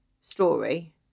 story